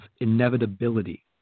inevitability